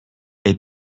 est